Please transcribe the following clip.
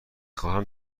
خواهم